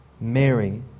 Mary